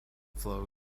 flow